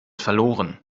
verloren